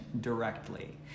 directly